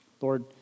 Lord